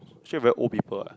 actually very old people eh